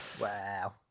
wow